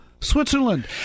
switzerland